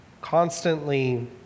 constantly